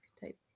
type